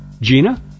Gina